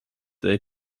they